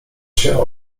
się